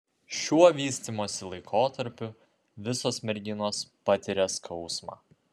šiuo vystymosi laikotarpiu visos merginos patiria skausmą